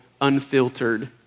unfiltered